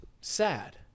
sad